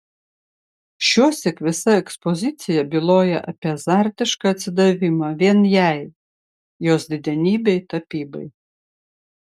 šiuosyk visa ekspozicija byloja apie azartišką atsidavimą vien jai jos didenybei tapybai